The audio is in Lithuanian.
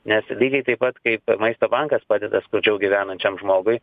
nes lygiai taip pat kaip maisto bankas padeda skurdžiau gyvenančiam žmogui